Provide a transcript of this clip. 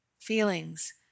feelings